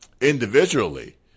individually